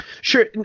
sure